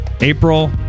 April